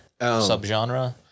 subgenre